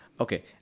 Okay